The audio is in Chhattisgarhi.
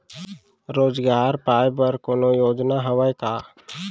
रोजगार पाए बर कोनो योजना हवय का?